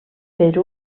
per